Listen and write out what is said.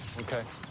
okay. uh-oh.